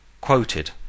quoted